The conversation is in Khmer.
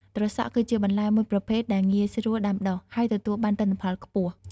ត្រសក់ គឺជាបន្លែមួយប្រភេទដែលងាយស្រួលដាំដុះ ហើយទទួលបានទិន្នផលខ្ពស់។